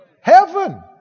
Heaven